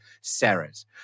Sarah's